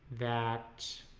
that